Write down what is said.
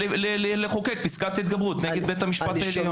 לחוקק פסקת התגברות נגד בית המשפט העליון,